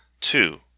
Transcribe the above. Two